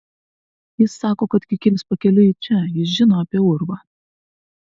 jis sako kad kikilis pakeliui į čia jis žino apie urvą